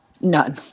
None